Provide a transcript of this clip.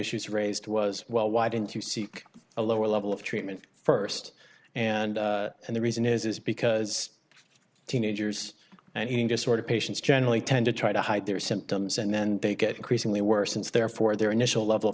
issues raised was well why didn't you seek a lower level of treatment first and and the reason is is because teenagers and eating disorder patients generally tend to try to hide their symptoms and then they get increasingly worse since therefore their initial level of